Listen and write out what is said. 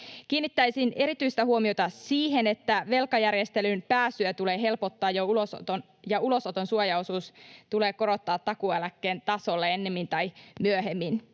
Kiinnittäisin erityistä huomiota siihen, että velkajärjestelyyn pääsyä tulee helpottaa ja ulosoton suojaosuus tulee korottaa takuueläkkeen tasolle ennemmin tai myöhemmin.